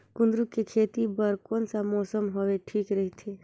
कुंदूरु के खेती बर कौन सा मौसम हवे ठीक रथे?